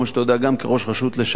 גם כראש רשות לשעבר,